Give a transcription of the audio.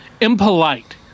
impolite